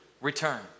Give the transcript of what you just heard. return